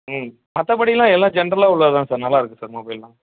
ம் மற்றபடிலாம் எல்லாம் ஜென்ரலாக உள்ளது தான் சார் நல்லார்க்கு சார் மொபைல்லாம்